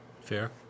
Fair